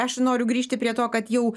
aš noriu grįžti prie to kad jau